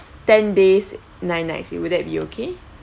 ten days nine nights it will that be okay